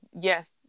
yes